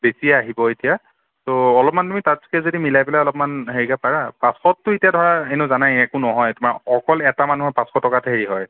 বেছিয়ে আহিব এতিয়া তো অলপমান তুমি তাতকৈ যদি মিলাই পেলাই অলপমান হেৰিকৈ পাৰা পাঁচশততো এতিয়া ধৰা এনেও জানাই একো নহয় তোমাৰ অকল এটা মানুহৰ পাঁচশ টকাত হেৰি হয়